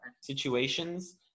situations